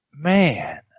man